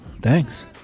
Thanks